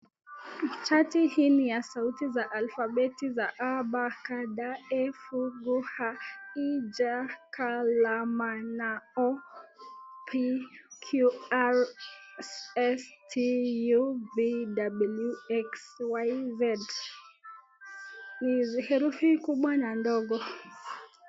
Chati hii ni ya sauti za alfabeti a,ba, ca, da, ee, fu, gu, ha,i,ja, ka, la, ma, na,o,p,q,r,s,t,u,v,w,x,y,z ni herufi kubwa na ndogo.